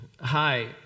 Hi